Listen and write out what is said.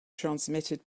transmitted